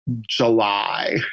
July